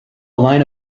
line